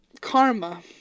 karma